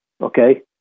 Okay